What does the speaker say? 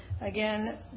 Again